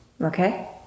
Okay